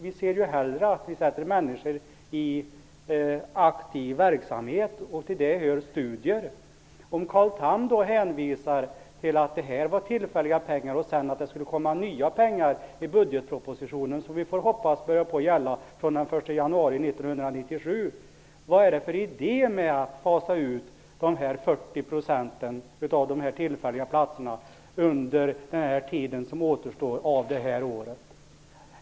Vi ser ju hellre att människor sätts i aktiv verksamhet, och till det hör studier. Om Carl Tham hänvisar till att detta var tillfälliga pengar och att nya pengar kommer i budgetpropositionen som, får vi hoppas, börjar gälla från den 1 januari 1997, vad är det då för idé att fasa ut 40 % av de tillfälliga platserna under den tid som återstår av det här året?